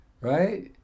right